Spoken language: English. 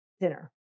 dinner